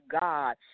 God